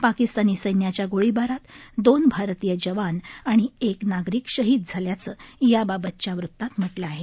पाकिस्तानी सैन्याच्या गोळीबारात दोन भारतीय जवान आणि एक नागरिक शहीद झाल्याचं याबाबतच्या वृत्तात म्हटलं आहे